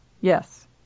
Yes